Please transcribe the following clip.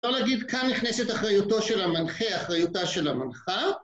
אפשר להגיד כאן נכנסת אחריותו של המנחה, אחריותה של המנחה